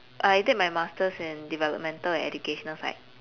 I take my masters in developmental and educational side